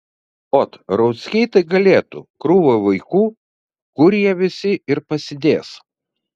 ot rauckiai tai galėtų krūva vaikų kur jie visi ir pasidės